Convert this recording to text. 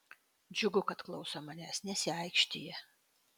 džiugu kad klauso manęs nesiaikštija